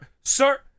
sir